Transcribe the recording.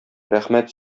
рәхмәт